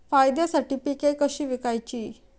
फायद्यासाठी पिके कशी विकायची?